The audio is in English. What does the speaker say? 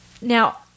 Now